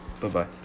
Bye-bye